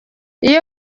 iyo